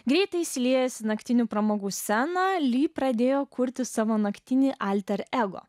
greitai įsiliejusi naktinių pramogų scena lee pradėjo kurti savo naktinį alter ego